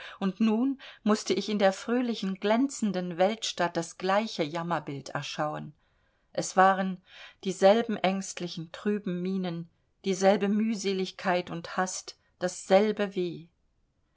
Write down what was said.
und nun mußte ich in der fröhlichen glänzenden weltstadt das gleiche jammerbild erschauen es waren dieselben ängstlichen trüben mienen dieselbe mühseligkeit und hast dasselbe weh